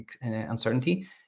uncertainty